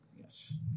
Yes